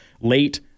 late